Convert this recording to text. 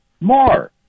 more